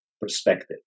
perspective